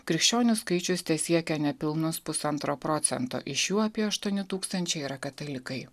krikščionių skaičius tesiekia nepilnus pusantro procento iš jų apie aštuoni tūkstančiai yra katalikai